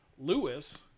Lewis